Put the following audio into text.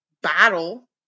battle